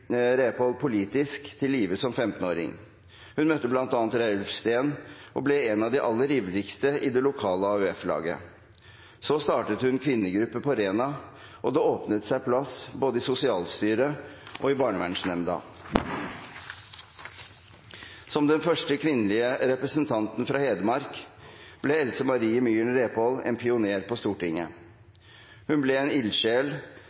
Repål politisk til live som 15-åring. Hun møtte bl.a. Reiulf Steen og ble en av de aller ivrigste i det lokale AUF-laget. Så startet hun kvinnegruppe på Rena, og det åpnet seg plass både i sosialstyret og i barnevernsnemnda. Som en av de første kvinnelige representanter fra Hedmark ble Else Marie Myhren Repål en pioner på Stortinget. Hun ble en ildsjel